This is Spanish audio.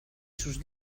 sus